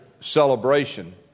celebration